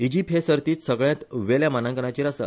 इजीप्त हे सर्तीत सगळ्यांत वेल्या मानांकनाचेर आसा